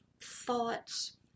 thoughts